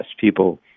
people